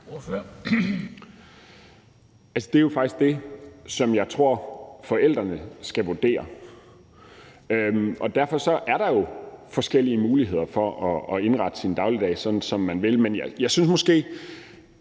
Det er jo faktisk det, som jeg tror forældrene skal vurdere, og derfor er der jo forskellige muligheder for at indrette sin dagligdag sådan, som man vil. Men jeg synes måske